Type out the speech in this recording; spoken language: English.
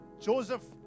Joseph